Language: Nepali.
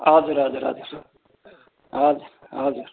हजुर हजुर हजुर सर हजुर हजुर